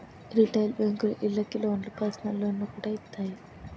retail బేంకులు ఇళ్ళకి లోన్లు, పర్సనల్ లోన్లు కూడా ఇత్తాయి